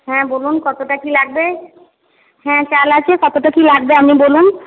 হ্যাঁ বলুন কতটা কি লাগবে হ্যাঁ চাল আছে কতটা কি লাগবে আপনি বলুন